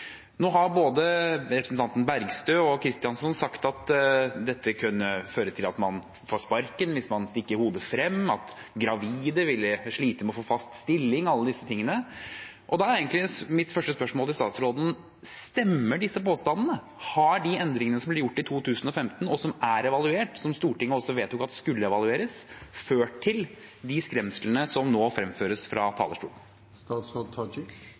Nå har både representanten Bergstø og representanten Kristjánsson sagt at dette kunne føre til at man får sparken hvis man stikker hodet frem, at gravide ville slite med å få fast stilling og alle disse tingene. Da er mitt første spørsmål til statsråden: Stemmer disse påstandene? Har de endringene som ble gjort i 2015, og som er evaluert, og som Stortinget også vedtok skulle evalueres, ført til de skremslene som nå fremføres fra